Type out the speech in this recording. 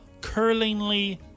Curlingly